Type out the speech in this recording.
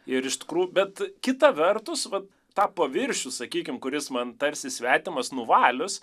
ir iš tikrųjų bet kita vertus vat tapo virš sakykime kuris man tarsi svetimas nuvalius